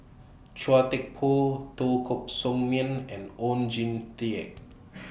Chua Thian Poh Teo Koh Sock Miang and Oon Jin Teik